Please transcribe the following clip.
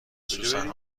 سوسن